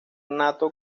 nato